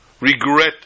regret